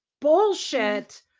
bullshit